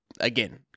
again